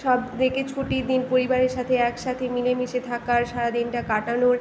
সবথেকে ছুটির দিন পরিবারের সাথে একসাথে মিলেমিশে থাকার সারা দিনটা কাটানোর